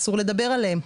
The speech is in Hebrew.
אסור לדבר עליהן.